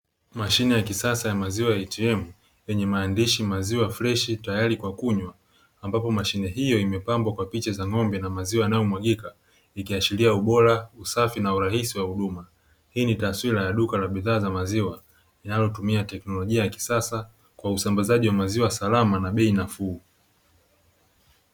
Mashine ya kisasa ya maziwa ya "ATM" yenye maandishi maziwa freshi tayari kwa kunywa, ambapo mashine hiyo imepambwa kwa picha na maziwa yanayo mwagika, ikiashiria ubora usafi na urahisi wa huduma. Hii ni taswira ya duka la bidhaa za maziwa linalotumia teknolojia ya kisasa kwa usambazaji wa maziwa salama na bei nafuu.